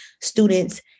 students